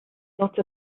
not